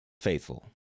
faithful